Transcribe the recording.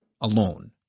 alone